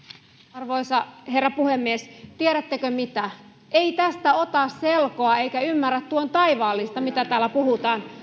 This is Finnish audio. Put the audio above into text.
arvoisa herra puhemies tiedättekö mitä ei tästä ota selkoa eikä ymmärrä tuon taivaallista mitä täällä puhutaan